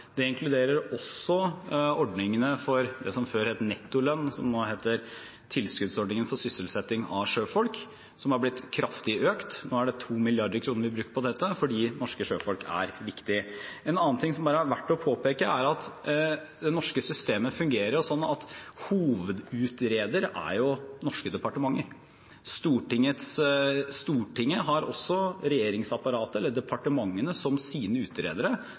Det inkluderer også ordningene for det som før het «nettolønn», men som nå heter «tilskuddsordningen for sysselsetting av sjøfolk», som har blitt kraftig økt. Nå bruker vi 2 mrd. kr på dette, fordi norske sjøfolk er viktig. En annen ting som er verdt å påpeke, er at det norske systemet fungerer slik at hovedutreder er norske departementer. Stortinget har også regjeringsapparatet – eller departementene – som sine utredere.